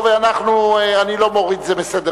טוב, אני לא מוריד את זה מסדר-היום.